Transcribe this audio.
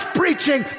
preaching